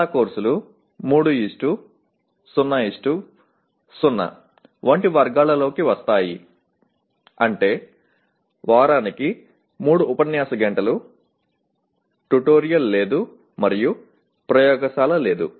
చాలా కోర్సులు 300 వంటి వర్గాలలోకి వస్తాయి అంటే వారానికి 3 ఉపన్యాస గంటలు ట్యుటోరియల్ లేదు మరియు ప్రయోగశాల లేదు